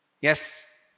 Yes